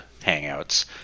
hangouts